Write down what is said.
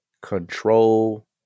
Control